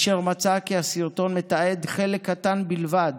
והוא מצא כי הסרטון מתעד חלק קטן בלבד